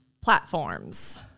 platforms